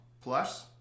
plus